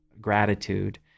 gratitude